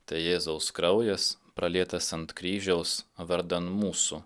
tai jėzaus kraujas pralietas ant kryžiaus vardan mūsų